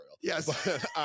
Yes